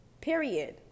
period